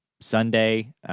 Sunday